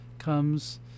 comes